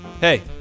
Hey